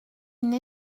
une